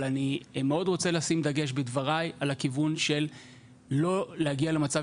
אבל אני רוצה מאוד לשים דגש בדברי על הכיוון של לא להגיע למצב